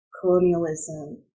colonialism